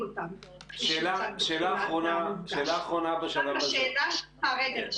אותם --- שאלה אחרונה בשלב הזה --- רגע,